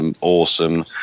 awesome